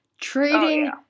trading